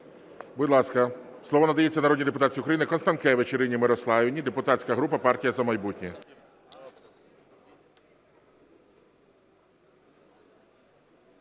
Будь ласка, слово надається народній депутатці України Констанкевич Ірині Мирославівні, депутатська група "Партія "За майбутнє".